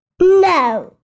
No